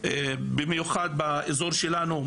במיוחד באזור שלנו,